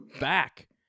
back